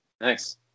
nice